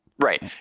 Right